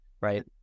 right